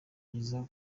myiza